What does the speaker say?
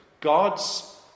God's